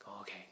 Okay